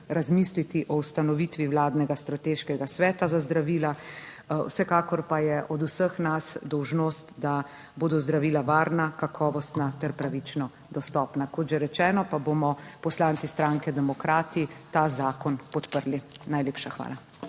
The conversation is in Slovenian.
razmisliti o ustanovitvi vladnega strateškega sveta za zdravila. Vsekakor pa je od vseh nas dolžnost, da bodo zdravila varna, kakovostna ter pravično dostopna. Kot že rečeno, pa bomo poslanci Socialne demokrati ta zakon podprli. Najlepša hvala.